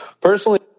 personally